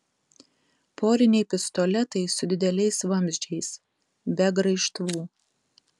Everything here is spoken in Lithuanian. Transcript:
poriniai pistoletai su dideliais vamzdžiais be graižtvų